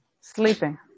sleeping